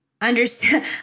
understand